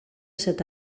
set